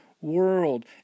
world